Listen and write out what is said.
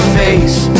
face